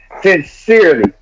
sincerely